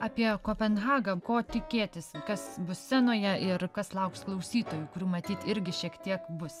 apie kopenhagą ko tikėtis kas bus scenoje ir kas lauks klausytojų kurių matyt irgi šiek tiek bus